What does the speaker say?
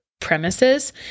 premises